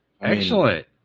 Excellent